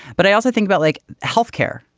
but i also think about like health care,